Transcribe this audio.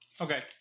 Okay